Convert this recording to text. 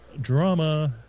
drama